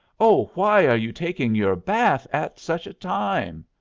oh why are you taking your bath at such a time?